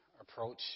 approach